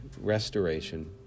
restoration